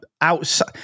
outside